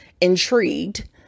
intrigued